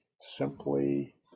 simply